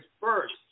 first